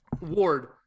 Ward